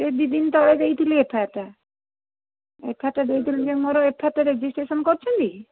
ସେ ଦୁଇ ଦିନି ତଳେ ଦେଇଥିଲି ଏଫଆଇଆରଟା ଏଫଆଇଆରଟା ଦେଇଥିଲି ଯେ ମୋର ଏଫଆଇଆରଟା ରେଜିଷ୍ଟ୍ରେସନ କରିଛନ୍ତି